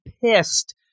pissed